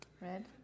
Red